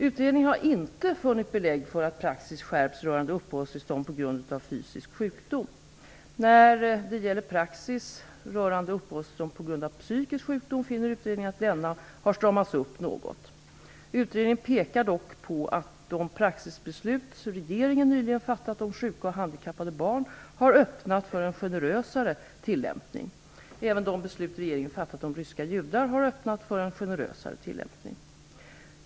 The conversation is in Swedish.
Utredningen har inte funnit belägg för att praxis skärpts rörande uppehållstillstånd på grund av fysisk sjukdom. När det gäller praxis rörande uppehållstillstånd på grund av psykisk sjukdom finner utredningen att denna stramats upp något. Utredningen pekar dock på att de praxisbeslut regeringen nyligen fattat om sjuka och handikappade barn har öppnat för en generösare tillämpning. Även de beslut regeringen fattat om ryska judar har öppnat för en generösare tillämpning.